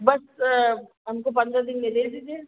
बस हमको पन्द्रह दिन में दे दीजिए